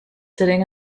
sitting